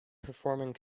performing